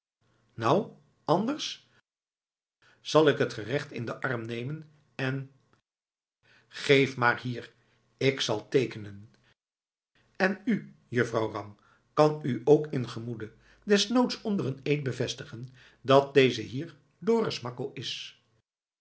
nou anders zal ik het gerecht in den arm nemen en geef maar hier ik zal teekenen en u juffrouw ram kan u ook in gemoede desnoods door een eed bevestigen dat deze hier dorus makko is